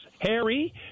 Harry